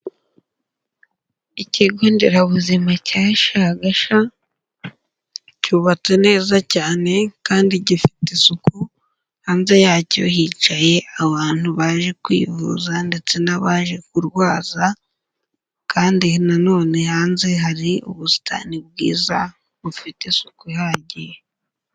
Ikigo nderabuzima cya Shagasha, cyubatse neza cyane kandi gifite isuku, hanze yacyo hicaye abantu baje kwivuza ndetse n'abaje kurwaza kandi na none hanze hari ubusitani bwiza bufite isuku ihagije.